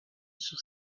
sur